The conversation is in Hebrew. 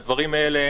לדברים האלה,